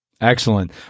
Excellent